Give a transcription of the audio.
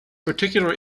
particular